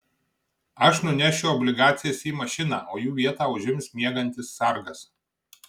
aš nunešiu obligacijas į mašiną o jų vietą užims miegantis sargas